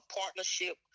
partnership